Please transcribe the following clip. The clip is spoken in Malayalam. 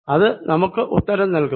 അത് നമുക്ക് ഉത്തരം നൽകും